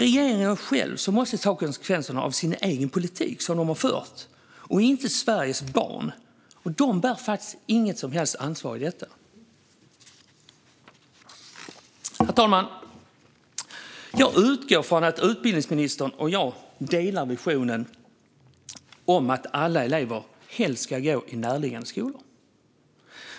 Regeringen själv måste ta konsekvenserna av sin egen politik, inte Sveriges barn. De bär inget som helst ansvar i detta. Herr talman! Jag utgår från att utbildningsministern och jag delar visionen om att alla elever helst ska gå i närliggande skolor.